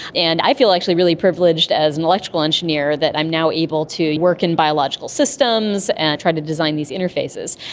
and i feel actually really privileged as an electrical engineer that i'm now able to work in biological systems and trying to design these interfaces.